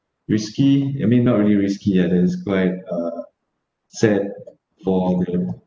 risky I mean not really risky ah that is quite uh sad for the